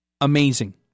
amazing